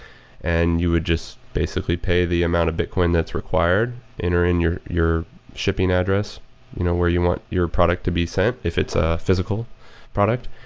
and you would just basically pay the amount of bitcoin that's required. enter in your your shipping address you know where you want your product to be sent if it's a physical product.